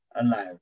allow